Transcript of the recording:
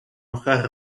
hojas